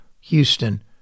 Houston